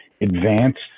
advanced